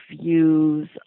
views